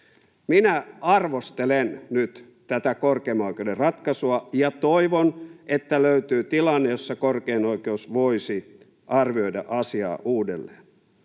Minä arvostelen nyt tätä korkeimman oikeuden ratkaisua ja toivon, että löytyy tilanne, jossa korkein oikeus voisi arvioida asiaa uudelleen.